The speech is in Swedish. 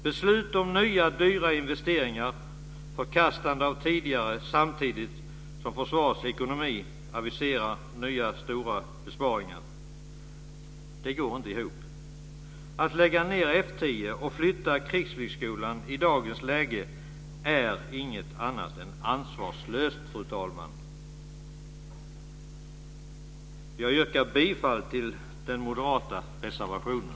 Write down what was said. Beslut om nya dyra investeringar och förkastande av tidigare, samtidigt som försvarets ekonomi kräver nya stora besparingar - det går inte ihop. Att lägga ned F 10 och flytta Krigsflygskolan i dagens läge är inget annat än ansvarslöst, fru talman! Jag yrkar bifall till den moderata reservationen.